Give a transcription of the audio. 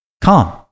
come